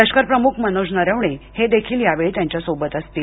लष्कर प्रमुख मनोज नरवणे हे देखील यावेळी त्यांच्या सोबत असतील